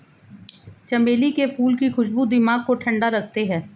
चमेली के फूल की खुशबू दिमाग को ठंडा रखते हैं